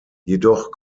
jedoch